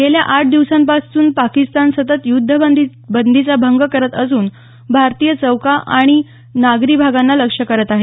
गेल्या आठ दिवसांपासून पाकिस्तान सतत युद्धबंदीचा भंग करत असून भारतीय चौक्या आणि नागरी भागांना लक्ष्य करत आहे